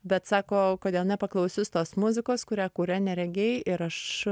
bet sako kodėl nepaklausius tos muzikos kurią kuria neregiai ir aš